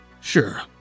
Sure